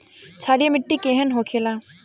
क्षारीय मिट्टी केहन होखेला?